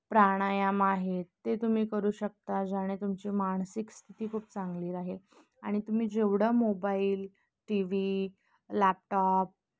प्राणायाम आहेत ते तुम्ही करू शकता ज्याने तुमची मानसिक स्थिती खूप चांगली राहील आणि तुम्ही जेवढं मोबाईल टी व्ही लॅपटॉप